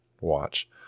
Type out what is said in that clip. watch